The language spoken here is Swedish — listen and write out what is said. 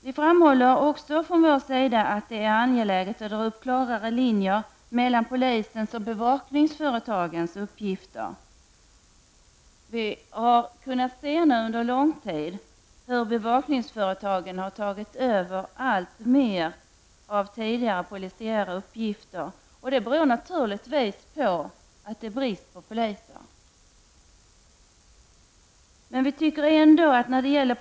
Vi framhåller också från centerns sida att det är angeläget att dra upp klarare linjer mellan polisens och bevakningsföretagens uppgifter. Under en längre tid har man kunnat se hur bevakningsföretagen har tagit över alltmer av tidigare polisiära uppgifter. Det beror naturligtvis på att det råder en brist på poliser.